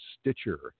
Stitcher